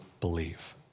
believe